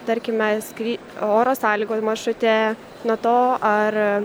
tarkime skry oro sąlygų maršrute nuo to ar